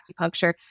acupuncture